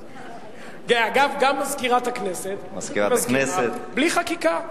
אגב, גם מזכירת הכנסת היא מזכירה, בלי חקיקה.